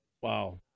Wow